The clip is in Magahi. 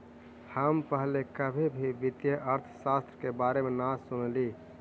हम पहले कभी भी वित्तीय अर्थशास्त्र के बारे में न सुनली